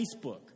Facebook